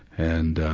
and ah,